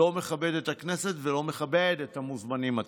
לא מכבד את הכנסת ולא מכבד את המוזמנים עצמם.